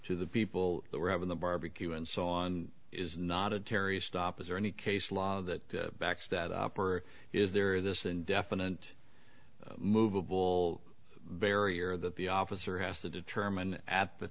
to the people that were having the barbecue and so on is not a terry stop is there any case law that backs that up or is there this and definite movable barrier that the officer has to determine at the